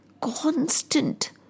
Constant